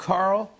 Carl